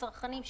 הצרכנים,